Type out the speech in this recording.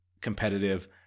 competitive